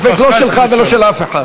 לא נתונים בספק, לא שלך ולא של אף אחד.